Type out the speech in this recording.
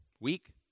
weak